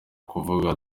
kuvuka